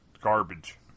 garbage